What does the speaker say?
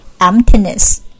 emptiness